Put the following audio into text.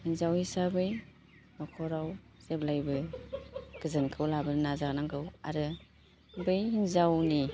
हिन्जाव हिसाबै नखराव जेब्लायबो गोजोनखौ लाबोनो नाजानांगौ आरो बै हिन्जावनि